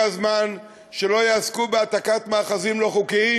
הזמן שלא יעסקו בהעתקת מאחזים לא חוקיים,